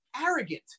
arrogant